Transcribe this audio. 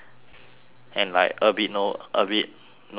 and like a bit no a bit no meaning